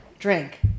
Drink